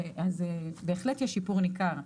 בהחלט יש שיפור ניכר.